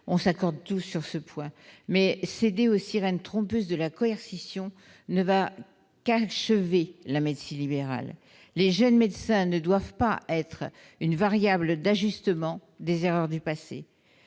nous accordons tous sur ce point. Mais céder aux sirènes trompeuses de la coercition ne fera qu'achever la médecine libérale. Les jeunes médecins ne doivent pas être une variable d'ajustement des erreurs du passé.